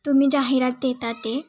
तुम्ही जाहिरात देता ते